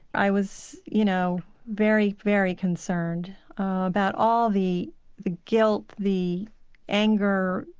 i was you know very, very concerned about all the the guilt, the anger,